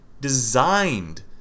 designed